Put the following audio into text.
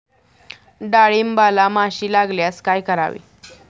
डाळींबाला माशी लागल्यास काय करावे?